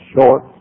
short